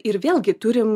ir vėlgi turim